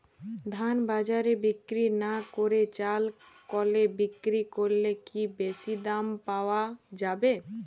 ধান বাজারে বিক্রি না করে চাল কলে বিক্রি করলে কি বেশী দাম পাওয়া যাবে?